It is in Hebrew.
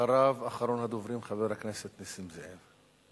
אחריו, אחרון הדוברים, חבר הכנסת נסים זאב.